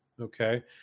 Okay